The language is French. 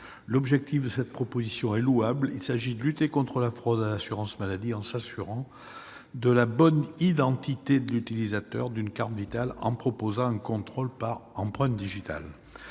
L'objectif de cette proposition est louable : il s'agit de lutter contre la fraude à l'assurance maladie en vérifiant l'identité de l'utilisateur d'une carte Vitale par un contrôle de ses empreintes digitales.